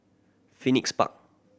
Phoenix Park